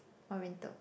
Oriental